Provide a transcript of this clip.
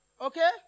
Okay